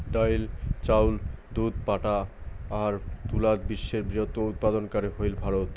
ডাইল, চাউল, দুধ, পাটা আর তুলাত বিশ্বের বৃহত্তম উৎপাদনকারী হইল ভারত